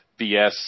BS